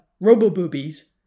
robo-boobies